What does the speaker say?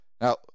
Now